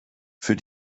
für